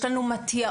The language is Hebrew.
יש לנו מתי"אות.